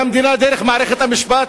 והמדינה, דרך מערכת המשפט,